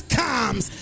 comes